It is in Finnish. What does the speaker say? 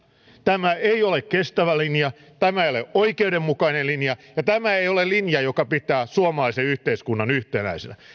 tämä ei ole kestävä linja tämä ei ole oikeudenmukainen linja ja tämä ei ole linja joka pitää suomalaisen yhteiskunnan yhtenäisenä